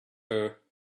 her